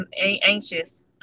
anxious